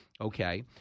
Okay